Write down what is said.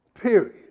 period